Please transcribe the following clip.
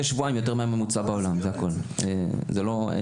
אין לי התנגדות לזה,